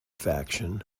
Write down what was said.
faction